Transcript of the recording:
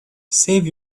save